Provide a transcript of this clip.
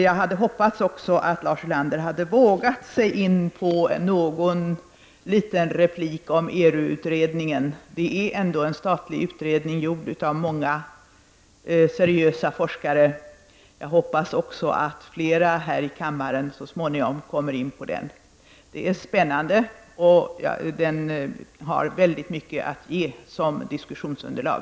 Jag hade hoppats att Lars Ulander hade vågat sig något in på en replik om ERU-utredningen. Det är ändå en statlig utredning gjord av många seriösa forskare. Jag hoppas också att fler här i kammaren så småningom kommer in på den. Den är spännande och den har mycket att ge som diskussionsunderlag.